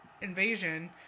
Invasion